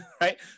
right